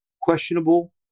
questionable